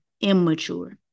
immature